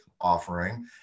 offering